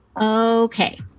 Okay